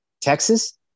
Texas